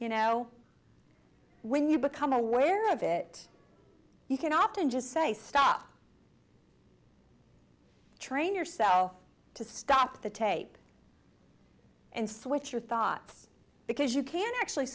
you know when you become aware of it you can often just say stop train yourself to stop the tape and switch your thoughts because you can actually